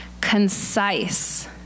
concise